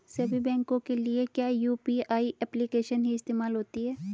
सभी बैंकों के लिए क्या यू.पी.आई एप्लिकेशन ही इस्तेमाल होती है?